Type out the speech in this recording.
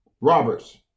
Roberts